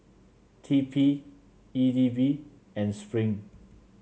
T P E D B and Spring